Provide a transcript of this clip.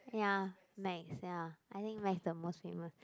ya Max ya I think Max is the most famous